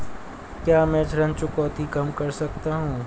क्या मैं ऋण चुकौती कम कर सकता हूँ?